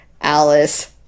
Alice